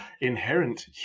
inherent